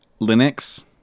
Linux